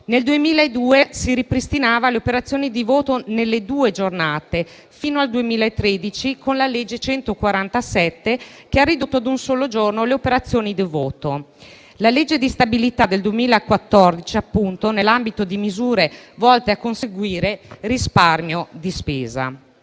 Nel 2002 si ripristinavano le operazioni di voto nelle due giornate, fino al 2013, con la legge n. 147, che ha ridotto a un solo giorno le operazioni di voto: la legge di stabilità per il 2014, appunto, nell'ambito di misure volte a conseguire risparmi di spesa.